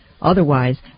Otherwise